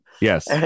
Yes